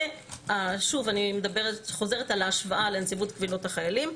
אני חוזרת על ההשוואה לנציבות קבילות החיילים,